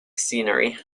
scenery